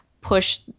Push